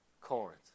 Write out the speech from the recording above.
Corinth